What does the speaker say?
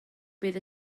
bydd